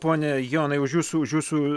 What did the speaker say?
pone jonai už jūsų už jūsų